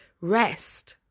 rest